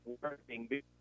working